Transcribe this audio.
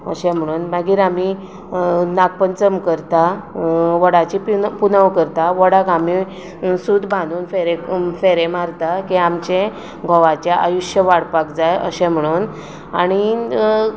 अशें म्हणून मागीर आमी नागपंचम करतात वडाची पुनव करतात वडाक आमी सूत बांदून फेरे मारतात की आमचे घोवाचे आयुश्य वाडपाक जाय अशें म्हणून आनी